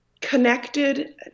connected